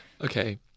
okay